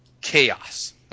chaos